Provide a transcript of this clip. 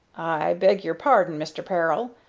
i beg your pardon, mister peril,